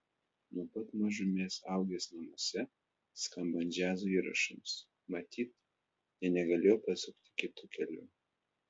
nuo pat mažumės augęs namuose skambant džiazo įrašams matyt nė negalėjo pasukti kitu keliu